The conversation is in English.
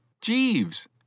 Jeeves